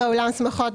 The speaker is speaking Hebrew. אולם שמחות,